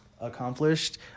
accomplished